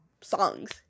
songs